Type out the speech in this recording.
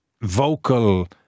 vocal